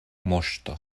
moŝto